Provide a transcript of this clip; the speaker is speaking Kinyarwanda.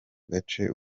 gace